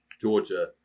Georgia